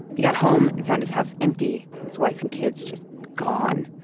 he got home and found his house empty, his wife and kids just gone.